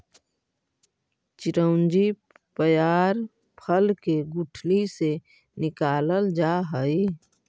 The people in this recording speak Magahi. चिरौंजी पयार फल के गुठली से निकालल जा हई